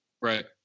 Right